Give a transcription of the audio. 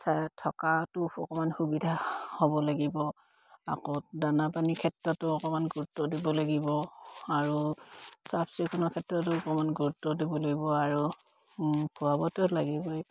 অকমান সুবিধা হ'ব লাগিব আকৌ দানা পানীৰ ক্ষেত্ৰতো অকণমান গুৰুত্ব দিব লাগিব আৰু চাফ চিকুণৰ ক্ষেত্ৰতো অকণমান গুৰুত্ব দিব লাগিব আৰু খোৱাাবতো লাগিবই